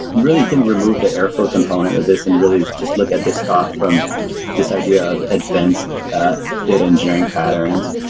and really can remove the airflow component of this and really just look at this talk from this idea of advanced data engineering patterns.